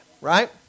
right